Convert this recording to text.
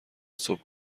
صبح